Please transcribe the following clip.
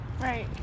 Right